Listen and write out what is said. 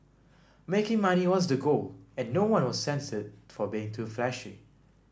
making money was the goal and no one was censured for being too flashy